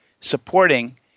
supporting